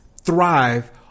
thrive